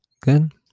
good